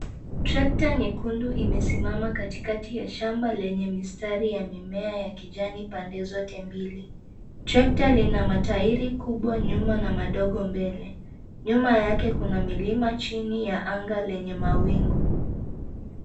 Tractor nyekundu imesimama katikati ya shamba lenye mistari ya mimea ya kijani pande zote mbili. Tractor lina matairi kubwa nyuma na madogo mbele. Nyuma yake kuna milima chini ya anga lenye mawingu.